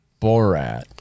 Borat